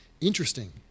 Interesting